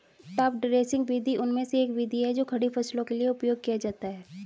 top dressing विधि उनमें से एक विधि है जो खड़ी फसलों के लिए उपयोग किया जाता है